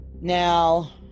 Now